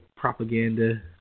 Propaganda